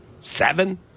seven